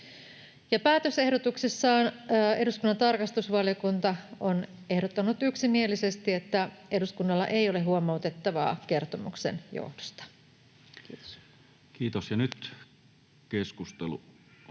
Päätösehdotuksessaan eduskunnan tarkastusvaliokunta on ehdottanut yksimielisesti, että eduskunnalla ei ole huomautettavaa kertomuksen johdosta. — Kiitos. [Speech